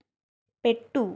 పెట్టు